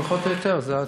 פחות או יותר זה התשובה.